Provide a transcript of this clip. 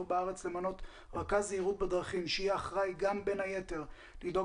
בארץ למנות רכז זהירות בדרכים שיהיה אחראי גם בין היתר לדאוג